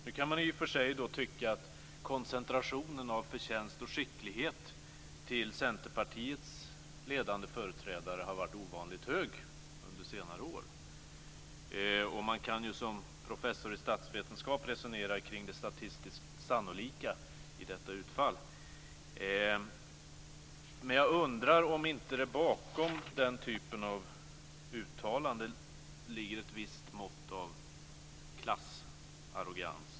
Nu kan man i och för sig tycka att koncentrationen av förtjänst och skicklighet till Centerpartiets ledande företrädare har varit ovanligt hög under senare år. Som professor i statsvetenskap kan man resonera kring det statistiskt sannolika i detta utfall. Men jag undrar om det inte bakom den typen av uttalanden ligger ett visst mått av klassarrogans.